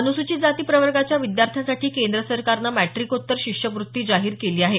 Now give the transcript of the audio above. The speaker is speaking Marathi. अनुसूचित जाती प्रवर्गाच्या विद्यार्थ्यांसाठी केंद्र सरकारनं मॅट्रिकोत्तर शिष्यव्रत्ती जाहीर केली आहे